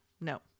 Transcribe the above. No